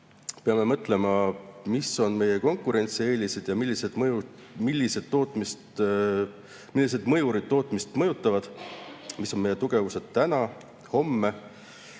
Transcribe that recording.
Peame mõtlema, mis on meie konkurentsieelised ja millised mõjurid tootmist mõjutavad, mis on meie tugevused täna-homme.